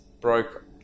broke